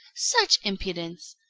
such impudence!